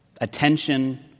Attention